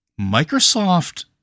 Microsoft